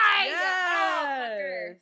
Yes